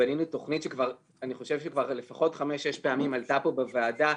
בנינו תוכנית שאני חושב שכבר לפחות חמש-שש פעמים עלתה פה בוועדה,